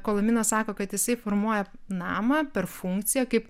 kolomina sako kad jisai formuoja namą per funkciją kaip